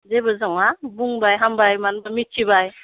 जेबो नङा बुंबाय हामबाय मानोहोमब्ला मिथिबाय